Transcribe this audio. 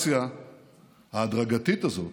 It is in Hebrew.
שהנורמליזציה ההדרגתית הזאת